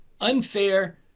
unfair